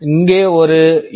இங்கே ஒரு யூ